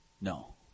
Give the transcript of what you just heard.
No